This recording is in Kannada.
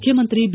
ಮುಖ್ಯಮಂತ್ರಿ ಬಿ